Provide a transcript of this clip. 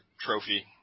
trophy